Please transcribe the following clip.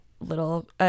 little